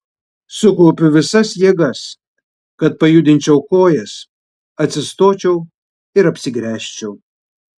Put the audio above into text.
sukaupiu visas jėgas kad pajudinčiau kojas atsistočiau ir apsigręžčiau